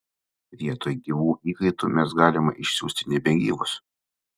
vietoj gyvų įkaitų mes galime išsiųsti nebegyvus